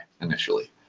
Initially